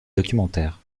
documentaires